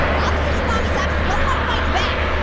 officer salami socks is the only one fighting back.